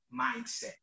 Mindset